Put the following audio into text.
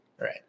Right